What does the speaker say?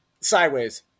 sideways